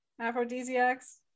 aphrodisiacs